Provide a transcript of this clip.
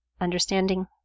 Understanding